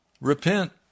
repent